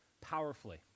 powerfully